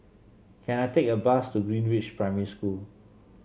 can I take a bus to Greenridge Primary School